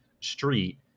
street